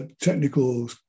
technical